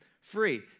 free